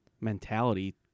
mentality